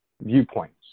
viewpoints